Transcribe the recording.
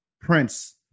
Prince